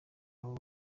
abo